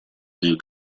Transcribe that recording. new